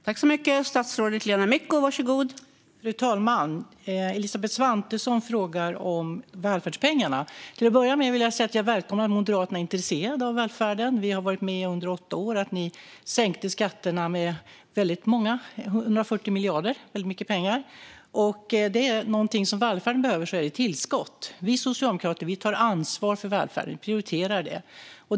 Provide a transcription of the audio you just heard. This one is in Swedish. Fru talman! Elisabeth Svantesson frågar om välfärdspengarna. Till att börja med vill jag säga att jag välkomnar att Moderaterna är intresserade av välfärden. Vi har under åtta år varit med om att ni sänkt skatterna med 140 miljarder - väldigt mycket pengar. Är det något välfärden behöver är det tillskott. Vi socialdemokrater tar ansvar för välfärden och prioriterar den.